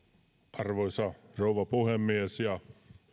arvoisa rouva puhemies ja